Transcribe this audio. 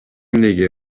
эмнеге